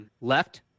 left